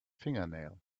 fingernail